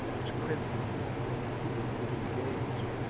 which princes and their people did engage